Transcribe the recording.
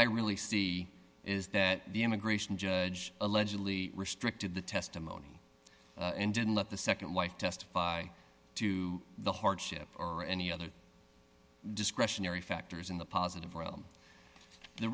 i really see is that the immigration judge allegedly restricted the testimony and didn't let the nd wife testify to the hardship or any other discretionary factors in the positive realm the